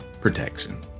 Protection